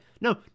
no